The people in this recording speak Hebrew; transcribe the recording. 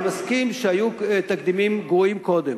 אני מסכים שהיו תקדימים גרועים קודם,